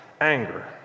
anger